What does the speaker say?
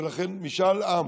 ולכן משאל עם